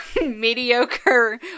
Mediocre